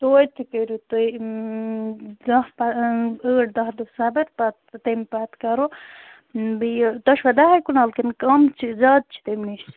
توتہِ کٔرِو تُہۍ دَہ پَہ ٲٹھ دَہ دۄہ صبر پَتہٕ تَمہِ پَتہٕ کرو بیٚیہِ یہِ تۄہہِ چھُوا دَہے کنال کِنہٕ کم چھِ زیادٕ چھِ تَمہِ نِش